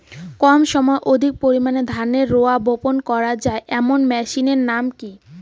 কম সময়ে অধিক পরিমাণে ধানের রোয়া বপন করা য়ায় এমন মেশিনের নাম কি?